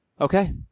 Okay